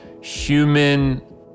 human